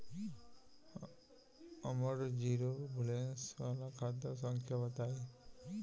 हमर zero balance वाला खाता संख्या बताई?